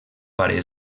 pare